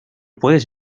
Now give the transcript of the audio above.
puedes